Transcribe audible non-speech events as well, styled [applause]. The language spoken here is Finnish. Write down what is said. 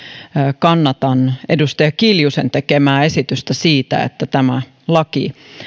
[unintelligible] kannatan edustaja kiljusen tekemää esitystä siitä että tämä laki